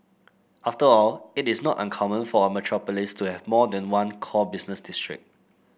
after all it is not uncommon for a metropolis to have more than one core business district